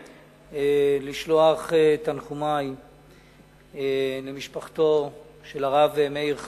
לשלוח את תנחומי למשפחתו של הרב מאיר חי,